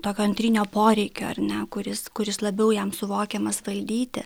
tokio antrinio poreikio ar ne kuris kuris labiau jam suvokiamas valdyti